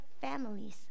families